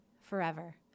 Forever